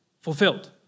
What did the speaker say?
Fulfilled